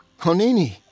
Honini